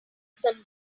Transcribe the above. some